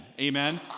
Amen